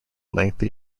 lengthy